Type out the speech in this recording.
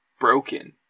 broken